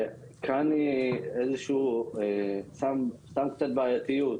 וכאן הוא שם קצת בעייתיות.